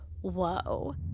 whoa